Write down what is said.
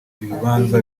ibibanza